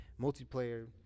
multiplayer